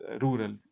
rural